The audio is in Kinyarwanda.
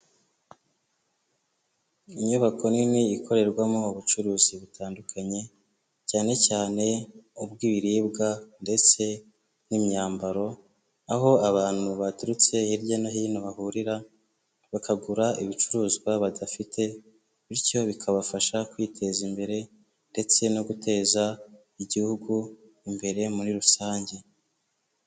Inyubako nini ikorerwamo ubucuruzi butandukanye cyane cyane ubw'ibiribwa ndetse n'imyambaro, aho abantu baturutse hirya no hino bahurira bakagura ibicuruzwa badafite bityo bikabafasha kwiteza imbere ndetse no guteza igihugu imbere muri rusange.